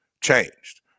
changed